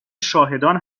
شاهدان